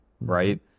right